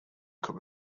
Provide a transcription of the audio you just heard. cup